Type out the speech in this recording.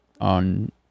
on